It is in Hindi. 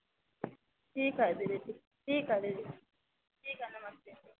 ठीक है दीदी ठीक है दीदी ठीक है नमस्ते